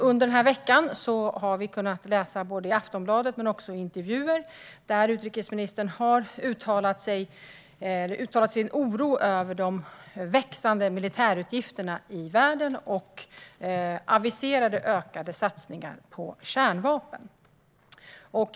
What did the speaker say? Under den här veckan har vi kunnat läsa både i Aftonbladet och i intervjuer att utrikesministern har uttalat sin oro över de växande militärutgifterna i världen och aviserade ökade satsningar på kärnvapen.